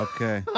Okay